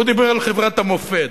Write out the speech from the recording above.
הוא דיבר על חברת המופת,